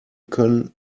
können